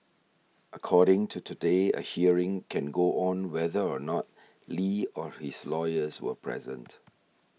according to Today a hearing can go on whether or not Li or his lawyers are present